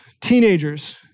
teenagers